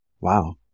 Wow